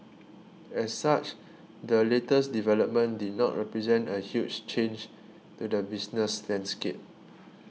as such the latest development did not represent a huge change to the business landscape